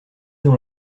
dans